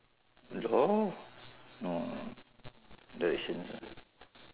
law no no no directions ah